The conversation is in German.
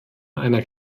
einer